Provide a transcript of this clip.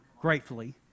gratefully